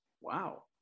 Wow